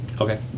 Okay